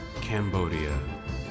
Cambodia